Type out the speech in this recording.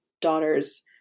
daughter's